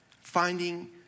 finding